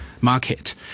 market